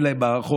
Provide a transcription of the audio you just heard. אין להם מערכות,